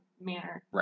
manner